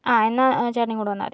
ആ എന്നാൽ ചേട്ടനിങ്ങോട്ട് വന്നാൽ മതി